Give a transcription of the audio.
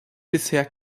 bisher